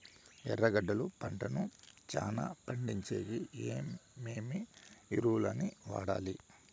ఎర్రగడ్డలు పంటను చానా పండించేకి ఏమేమి ఎరువులని వాడాలి?